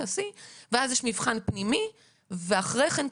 תעשי.." ואז יש מבחן פנימי ואחרי כן,